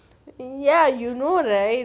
ya you know right